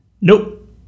nope